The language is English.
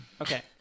Okay